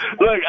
look